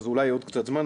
אז אולי עוד קצת זמן,